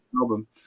album